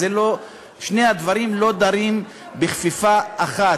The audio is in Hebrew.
שני הדברים לא דרים בכפיפה אחת.